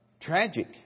tragic